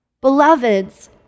Beloveds